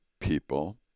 people